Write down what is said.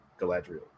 Galadriel